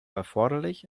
erforderlich